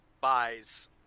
buys